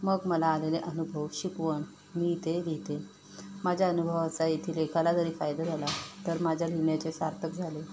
मग मला आलेले अनुभव शिकवण मी ते लिहिते माझ्या अनुभवाचा इथे एकाला जरी फायदा झाला तर माझ्या लिहिण्याचे सार्थक झाले